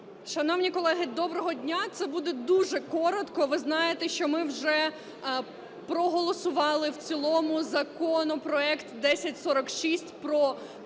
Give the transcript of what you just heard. Шановні колеги, доброго дня! Це буде дуже коротко. Ви знаєте, що ми вже проголосували в цілому законопроект 1046 про